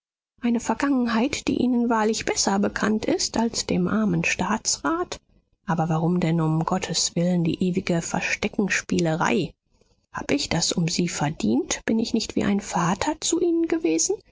eine vergangenheit die ihnen wahrlich besser bekannt ist als dem armen staatsrat aber warum denn um gottes willen die ewige versteckenspielerei hab ich das um sie verdient bin ich nicht wie ein vater zu ihnen gewesen